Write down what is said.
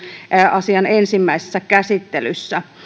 asian ensimmäisessä käsittelyssä